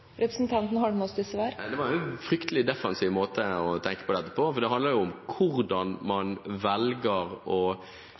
Representanten vil bare fortsette som før. Er det riktig oppfattet? Det var en fryktelig defensiv måte å tenke på. Det handler om hvordan man velger å